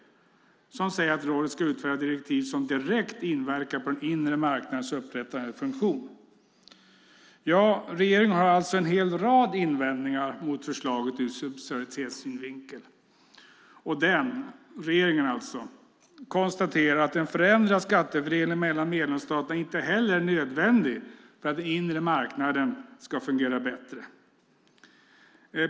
Den säger att rådet ska utfärda direktiv som direkt inverkar på den inre marknadens upprättande eller funktion. Ja, regeringen har alltså en hel rad invändningar mot förslaget ur subsidiaritetssynvinkel. Och den, regeringen alltså, konstaterar att en förändrad skattefördelning mellan medlemsstaterna inte heller är nödvändig för att den inre marknaden ska fungera bättre.